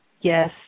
yes